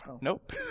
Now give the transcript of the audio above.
nope